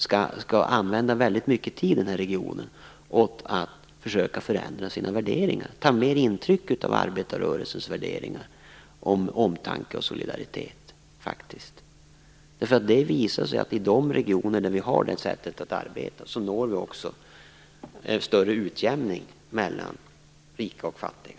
Man borde använda väldigt mycket tid i den här regionen till att ändra sina värderingar och ta mer intryck av arbetarrörelsens värderingar om omtanke och solidaritet. Det har visat sig att i de regioner vi har det sättet att arbeta når vi också en större utjämning mellan rika och fattiga.